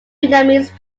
vietnamese